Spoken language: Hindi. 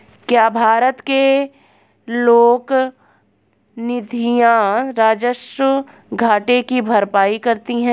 क्या भारत के लोक निधियां राजस्व घाटे की भरपाई करती हैं?